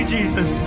Jesus